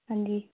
ਹਾਂਜੀ